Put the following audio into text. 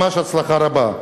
ממש הצלחה רבה.